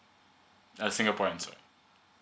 uh singaporeans sorry